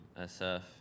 SF